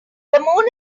moon